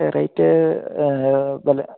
rate വല്ല